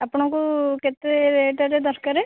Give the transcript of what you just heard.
ଆପଣଙ୍କୁ କେତେ ରେଟ୍ରେ ଦରକାର